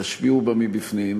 תשקיעו בה מבפנים,